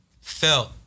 felt